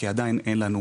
כי עדיין אין לנו